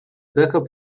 backup